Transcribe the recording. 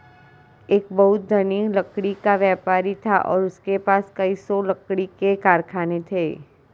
एक बहुत धनी लकड़ी का व्यापारी था और उसके पास कई सौ लकड़ी के कारखाने थे